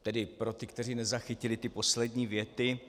Tedy pro ty, kteří nezachytili ty poslední věty.